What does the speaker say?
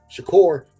Shakur